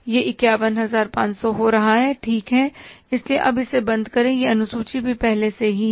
यह 51500 हो रहा है ठीक है इसलिए अब इसे बंद करें यह अनुसूची भी पहले से ही है